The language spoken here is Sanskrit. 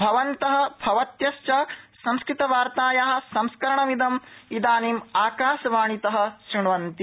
भवन्त भवत्यश्च संस्कृतवार्ताया संस्करणमिदं इदानीम् आकाशवाणीत श्रण्वन्ति